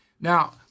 Now